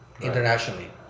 internationally